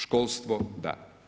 Školstvo, da.